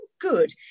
good